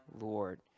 Lord